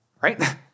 right